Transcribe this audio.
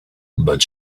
but